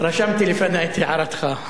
רשמתי לפני את הערתך.